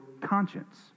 conscience